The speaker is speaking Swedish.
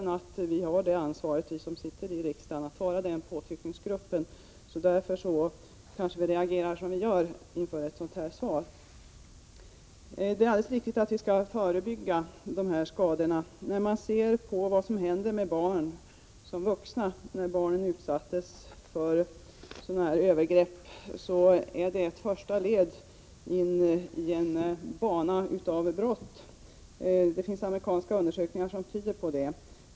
Vi som sitter här i riksdagen har naturligtvis ansvaret och måste utgöra den påtryckningsgruppen. Det är kanske därför vi reagerar så som vi gör inför det här svaret. Det är alldeles riktigt att vi skall förebygga skadorna. För barn som utsatts för sådana här övergrepp betyder detta ofta ett första led in i en bana av brott vid vuxen ålder. Det finns amerikanska undersökningar som tyder på det.